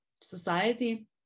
society